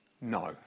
no